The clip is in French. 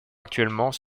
actuellement